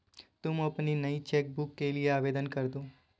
तुम अपनी नई चेक बुक के लिए आवेदन करदो